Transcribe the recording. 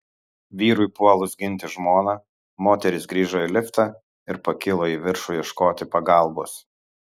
vyrui puolus ginti žmoną moteris grįžo į liftą ir pakilo į viršų ieškoti pagalbos